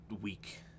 week